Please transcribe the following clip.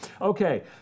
Okay